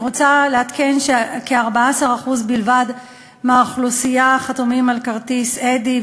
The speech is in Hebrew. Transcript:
אני רוצה לעדכן שכ-14% בלבד מהאוכלוסייה חתומים על כרטיס "אדי",